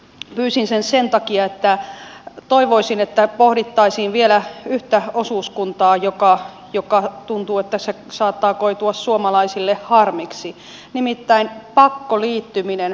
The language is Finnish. pyysin sen sen takia että toivoisin että pohdittaisiin vielä yhtä osuuskuntaa joka saattaa koitua suomalaisille harmiksi nimittäin pakkoliittyminen vesiosuuskuntiin